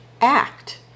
act